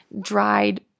dried